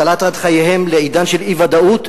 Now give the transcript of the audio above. קלעת את חייהם לעידן של אי-ודאות,